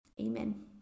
amen